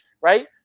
right